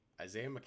Isaiah